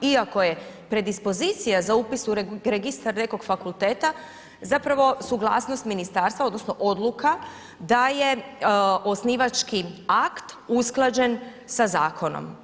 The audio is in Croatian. Iako je predispozicija za upis u registar nekog fakulteta zapravo suglasnost ministarstva odnosno odluka da je osnivački akt usklađen sa zakonom.